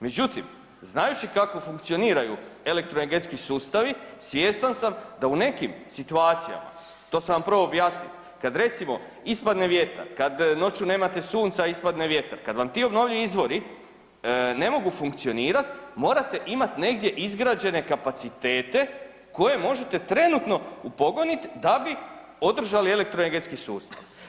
Međutim, znajući kako funkcioniraju elektroenergetski sustavi svjestan sam da u nekim situacijama, to sam vam prvo objasnio, kad recimo ispadne vjetar, kad noću nemate sunca ispadne vjetar kad vam ti obnovljivi izvori ne mogu funkcionirati, morate imat negdje izgrađene kapacitete koje možete trenutno upogonit da bi održali elektro-energetski sustav.